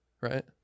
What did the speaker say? right